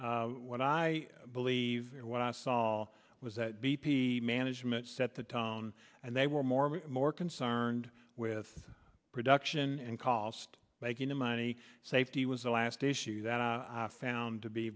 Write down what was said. what i believe what i saw was that b p management set the tone and they were more more concerned with production and cost making the money safety was a last issue that i found to be